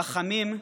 רחמים,